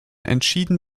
entschieden